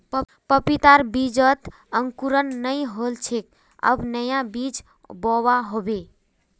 पपीतार बीजत अंकुरण नइ होल छे अब नया बीज बोवा होबे